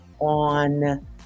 on